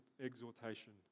exhortation